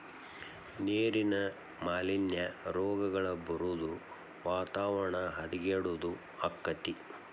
ನೇರಿನ ಮಾಲಿನ್ಯಾ, ರೋಗಗಳ ಬರುದು ವಾತಾವರಣ ಹದಗೆಡುದು ಅಕ್ಕತಿ